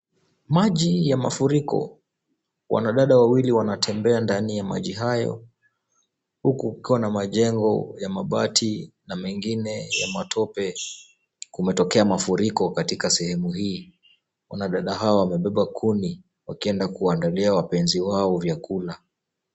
Maji ya mafuriko. Wanadada wawili wanatembea ndani ya maji hayo huku kukiwa na majengo ya mabati na mengine ya matope kumetokea mafuriko katika sehemu hii. Wanadada hawa wamebeba kuni wakienda kuandalia wapenzi wao vyakula.